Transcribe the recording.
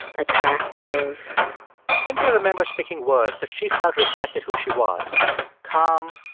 attractive cynthia remembers picking words that she felt reflected who she was calm,